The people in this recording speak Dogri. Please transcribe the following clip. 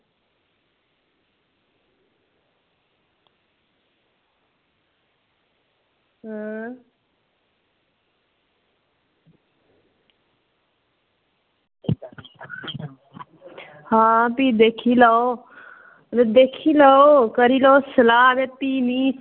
हां भी दिक्खी लैओ ते दिक्खी लैओ करी लैओ सलाह् भी मिगी